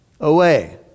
away